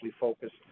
focused